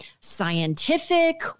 scientific